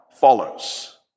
follows